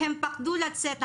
הם פחדו לצאת החוצה,